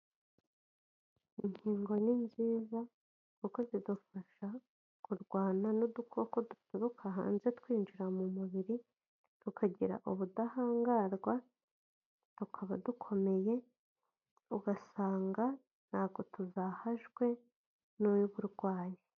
Inkingo ni nziza, kuko zidufasha kurwana n'udukoko duturuka hanze twinjira mu mubiri, tukagira ubudahangarwa, tukaba dukomeye, ugasanga ntabwo tuzahajwe n'uburwayi.